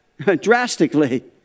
drastically